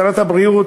שרת הבריאות,